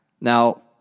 Now